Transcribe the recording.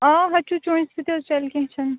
آ ہَچوچونٛچہِ سُتہِ حظ چَلہِ کیٚنٛہہ چھُنہٕ